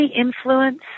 influence